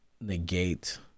negate